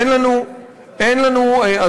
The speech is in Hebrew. אין לנו,